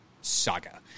saga